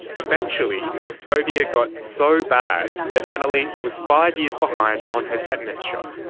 eventually the phobia got so bad that annaleise was five years behind on her tetanus shot,